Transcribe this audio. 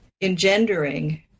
engendering